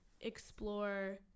explore